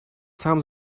сам